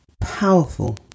powerful